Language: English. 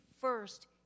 first